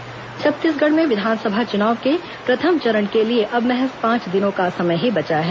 चुनाव प्रचार छत्तीसगढ़ में विधानसभा चुनाव के प्रथम चरण के लिए अब महज पांच दिनों का समय ही बचा है